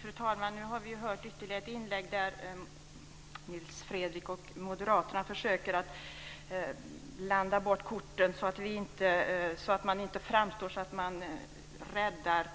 Fru talman! Nu har vi hört ytterligare ett inlägg där Nils Fredrik och Moderaterna försöker blanda bort korten så att man inte framstår som den som räddar